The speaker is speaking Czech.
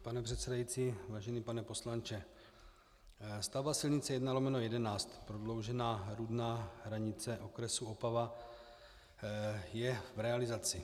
Pane předsedající, vážený pane poslanče, stavba silnice I/11, prodloužená na hranice okresu Opava, je v realizaci.